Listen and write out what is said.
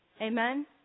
Amen